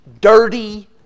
dirty